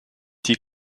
die